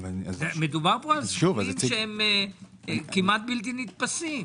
מדובר בסכומים כמעט בלתי נתפסים.